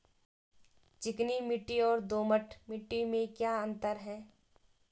चिकनी मिट्टी और दोमट मिट्टी में क्या अंतर है?